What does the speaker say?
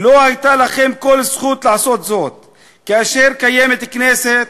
לא הייתה לכם כל זכות לעשות זאת כאשר קיימת כנסת,